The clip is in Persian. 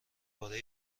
پاره